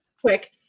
quick